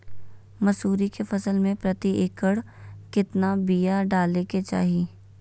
मसूरी के फसल में प्रति एकड़ केतना बिया डाले के चाही?